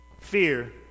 fear